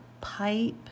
pipe